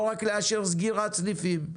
לא רק לאשר סגירת סניפים.